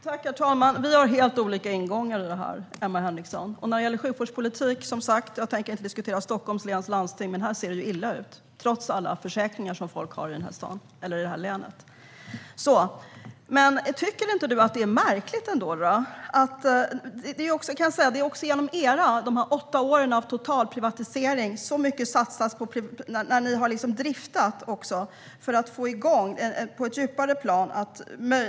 Herr talman! Vi har helt olika ingångar i detta, Emma Henriksson. När det gäller sjukvårdspolitik tänker jag som sagt inte diskutera Stockholms läns landsting, men det ser illa ut trots alla försäkringar som folk här i länet har. Tycker du inte att detta är märkligt ändå? Det är på grund av era åtta år av totalprivatiseringar som så mycket satsas. Ni har också driftat för att få igång detta på ett djupare plan.